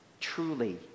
truly